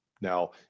Now